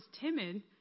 timid